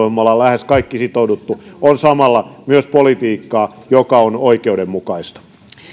johon meistä lähes kaikki ovat sitoutuneet on samalla myös politiikkaa joka on oikeudenmukaista